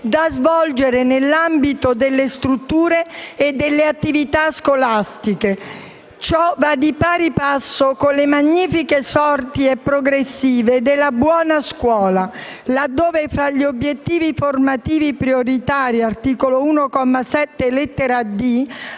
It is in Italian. da svolgere nell'ambito delle strutture e delle attività scolastiche». Ciò va di pari passo con le "magnifiche sorti e progressive" della Buona scuola, laddove fra gli obiettivi formativi prioritari, ai sensi